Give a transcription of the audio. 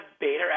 Bader